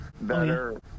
better